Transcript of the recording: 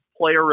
player